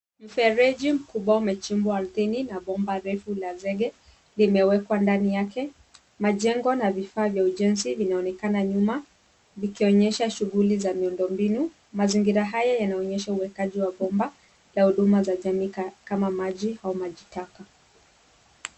Mfereji mkubwa umechimbwa ardhini na bomba refu la zege limewekwa ndani yake. Majengo na vifaa vya ujenzi vinaonekana nyuma vikionyesha shughuli za miundombinu . Mazingira haya yanaonyesha uwekaji wa bomba la huduma za jamii kama maji au majitaka.